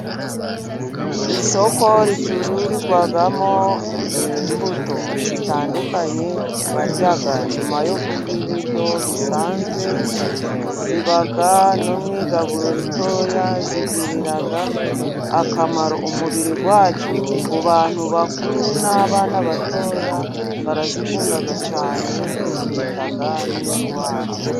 Isoko ricururizwamo imbuto zitandukanye， barya nyuma yo kurya ibiryo bisanzwe， ziba no mu igaburo ritoya，zigirira akamaro umubiri wacu，ku bantu bakuru n'abana batoya barazikunda cyane， zirinda n'indwara.